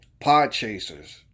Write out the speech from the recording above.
Podchasers